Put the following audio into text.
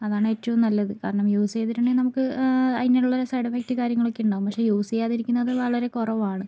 അതാണ് ഏറ്റവും നല്ലത് കാരണം യൂസ് ചെയ്തിട്ടുണ്ടെങ്കിൽ നമുക്ക് അതിനുള്ള സൈഡ് എഫക്ട് കാര്യങ്ങളൊക്കെ ഉണ്ടാവും പക്ഷെ യൂസ് ചെയ്യാതിരിക്കുന്നത് വളരെ കുറവാണ്